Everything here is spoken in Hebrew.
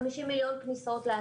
מייצגת את